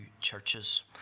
churches